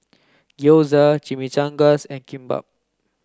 Gyoza Chimichangas and Kimbap